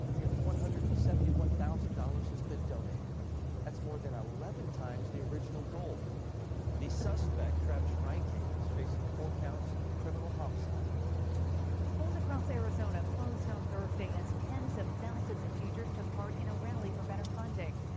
nearly one hundred and seventy one thousand dollars has been donated that's more than eleven times the original goal the suspect, travis reinking, is facing four counts of criminal homicide. lauren schools across arizona closed on thursday as tens of thousands of teachers took part in a rally for better funding.